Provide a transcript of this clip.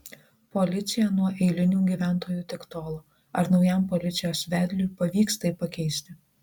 policija nuo eilinių gyventojų tik tolo ar naujam policijos vedliui pavyks tai pakeisti